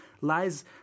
lies